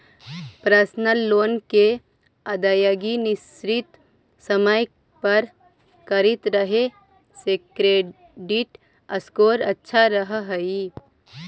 personal loan के अदायगी निश्चित समय पर करित रहे से क्रेडिट स्कोर अच्छा रहऽ हइ